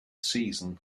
season